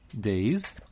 days